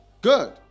Good